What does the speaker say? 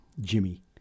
Jimmy